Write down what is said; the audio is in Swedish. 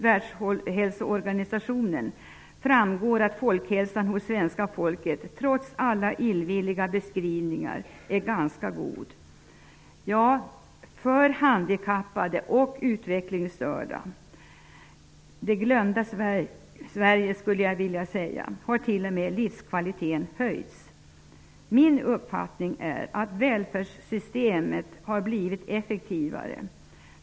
Världshälsoorganisationen framgår det att folkhälsan i Sverige, trots alla illvilliga beskrivningar, är ganska god. För handikappade och utvecklingsstörda -- det glömda Sverige skulle jag vilja säga -- har livskvaliteten t.o.m. höjts. Min uppfattning är att välfärdssystemet har blivit effektivare.